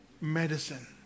medicine